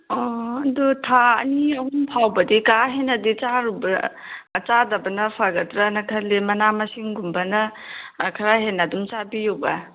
ꯑꯣ ꯑꯗꯨ ꯊꯥ ꯑꯅꯤ ꯑꯍꯨꯝ ꯐꯥꯎꯕꯗꯤ ꯀꯥ ꯍꯦꯟꯅꯗꯤ ꯆꯥꯔꯨꯕ ꯆꯥꯗꯕꯅ ꯐꯒꯗ꯭ꯔꯥꯅ ꯈꯜꯂꯦ ꯃꯅꯥ ꯃꯁꯤꯡꯒꯨꯝꯕꯅ ꯈꯔ ꯍꯦꯟꯅ ꯑꯗꯨꯝ ꯆꯥꯕꯤꯌꯨꯕ